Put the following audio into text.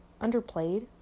underplayed